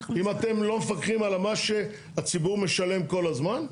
אם אתם לא מפקחים על מה שהציבור משלם כל הזמן?